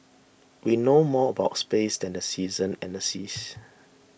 we know more about space than the seasons and the seas